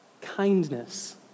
kindness